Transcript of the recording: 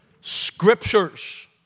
scriptures